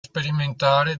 sperimentare